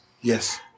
Yes